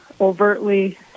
overtly